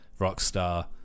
Rockstar